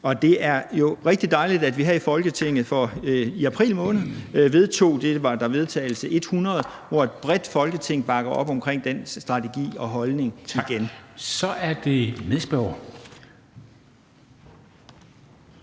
Det er jo rigtig dejligt, at vi her i Folketinget i april måned havde vedtagelse 100, hvor et bredt Folketing igen bakkede op om den strategi og holdning. Kl. 14:01 Formanden